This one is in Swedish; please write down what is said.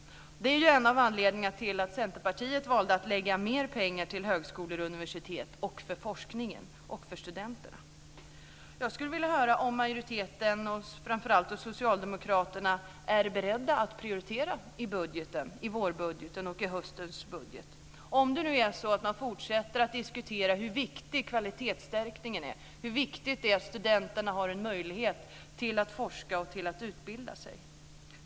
Det är en av anledningarna till att Centerpartiet valde att lägga mer pengar på högskolor, universitet, forskning och studenter. Jag skulle vilja höra om majoriteten - framför allt socialdemokraterna - är beredd att prioritera i vårbudgeten och i höstbudgeten, om det nu är så att man fortsätter att diskutera hur viktig kvalitetsstärkningen är och hur viktigt det är att studenterna har en möjlighet att forska och utbilda sig.